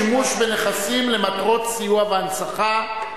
שימוש בנכסים למטרות סיוע והנצחה).